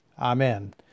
Amen